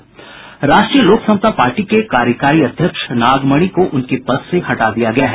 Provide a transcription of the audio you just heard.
राष्ट्रीय लोक समता पार्टी के कार्यकारी अध्यक्ष नागमणि को उनके पद से हटा दिया गया है